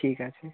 ঠিক আছে